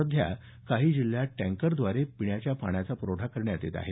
सध्या काही जिल्ह्यात टँकरद्वारे पिण्याच्या पाण्याचा प्रवठा करण्यात येत आहे